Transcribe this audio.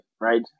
right